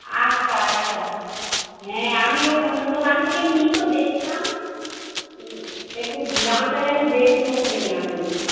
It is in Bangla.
আচ্ছা আচ্ছা হ্যাঁ আমি ওই অন্য দোকান থেকে নিয়ে তো দেখলাম একটু দামটা যেন বেশি মতো নেওয়া হয়েছে